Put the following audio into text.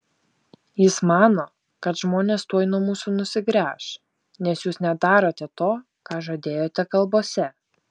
jis mano kad žmonės tuoj nuo mūsų nusigręš nes jūs nedarote to ką žadėjote kalbose